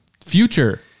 Future